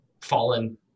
fallen